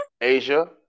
Asia